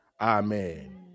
amen